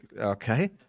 okay